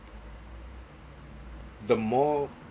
the more